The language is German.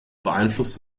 beeinflusst